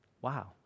Wow